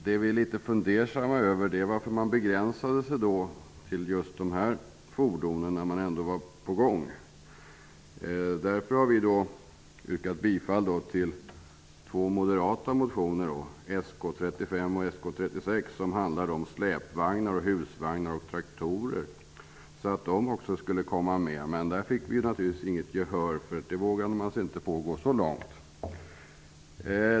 Men vi är fundersamma över att man begränsade sig till just dessa fordon när man ändå var i tagen. Därför har vi stött två moderata motioner, Sk35 och Sk36, som handlar om släpvagnar, husvagnar och traktorer, för att de också skulle komma med. Men det fick vi naturligtvis inget gehör för -- så långt vågade man inte gå.